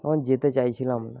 তখন যেতে চাইছিলাম না